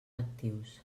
actius